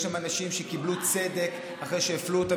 יש שם אנשים שקיבלו צדק אחרי שהפלו אותם